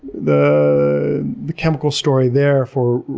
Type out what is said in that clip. the the chemical story there for